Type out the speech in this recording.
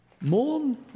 Mourn